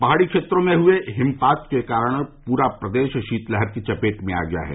पहाड़ी क्षेत्रों में हुए हिमपात के कारण पूरा प्रदेश शीतलहर की चपेट में आ गया है